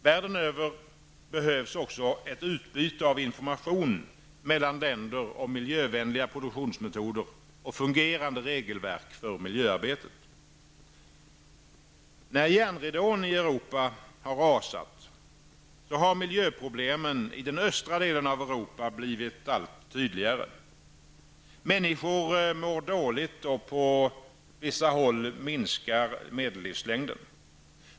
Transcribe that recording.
Världen över behövs också ett utbyte av information mellan länder om miljövänliga produktionsmetoder och fungerande regelverk för miljöarbetet. När järnridån i Europa rasat har miljöproblemen i den östra delen av Europa blivit allt tydligare. Människor mår dåligt och på vissa håll minskar medellivslängden.